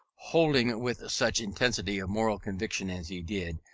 holding with such intensity of moral conviction as he did,